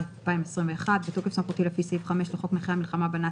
התשפ"א-2021 בתוקף סמכותי לפי סעיף 5 לחוק נכי המלחמה בנאצים,